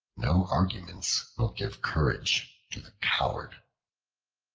no arguments will give courage to the coward